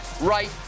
right